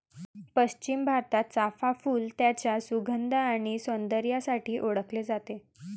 पश्चिम भारतात, चाफ़ा फूल त्याच्या सुगंध आणि सौंदर्यासाठी ओळखले जाते